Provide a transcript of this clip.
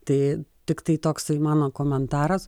tai tiktai toksai mano komentaras